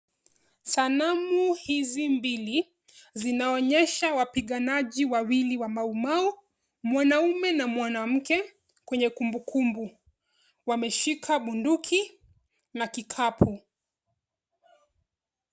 Sanamu hizi mbili zinaonyesha wapiganaji wawili wa maumau, mwanaume na mwanamke kwenye kumbukumbu. Wameshika bunduki na kikapu.